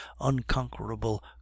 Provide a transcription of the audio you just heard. unconquerable